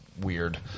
weird